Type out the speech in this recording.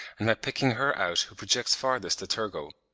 and by picking her out who projects farthest a tergo.